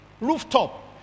rooftop